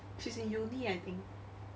she's in uni I think